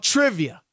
Trivia